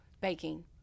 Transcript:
baking